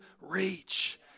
reach